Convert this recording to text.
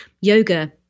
yoga